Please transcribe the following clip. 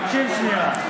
תקשיב שנייה,